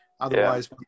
Otherwise